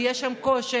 ויש שם קושי,